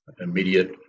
Immediate